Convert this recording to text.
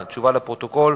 2009):